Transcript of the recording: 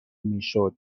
میشد